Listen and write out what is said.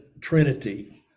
trinity